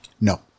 No